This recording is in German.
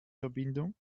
verbindung